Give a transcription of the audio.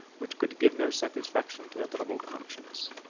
which could give no satisfaction to a troubled conscience.